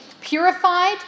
purified